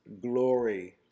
glory